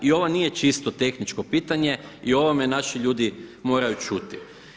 I ovo nije čisto tehničko pitanje i o ovome naši ljudi moraju čuti.